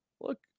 look